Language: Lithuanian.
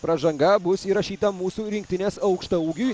pražanga bus įrašyta mūsų rinktinės aukštaūgiui